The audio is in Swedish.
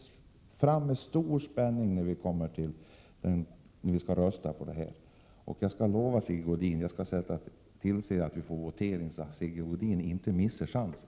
Jag ser med stor spänning fram emot den stund när vi skall votera i detta ärende. Jag lovar Sigge Godin att jag skall se till att det blir votering, så att denne inte missar den här chansen.